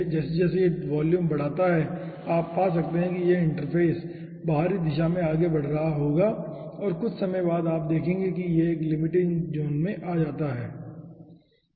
जैसे जैसे यह वॉल्यूम बढ़ाता है आप पा सकते हैं कि यह इंटरफ़ेस बाहरी दिशा में आगे बढ़ रहा होगा और कुछ समय बाद आप देखेंगे कि यह एक लिमिटिंग ज़ोन में आता है